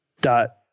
dot –